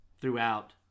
throughout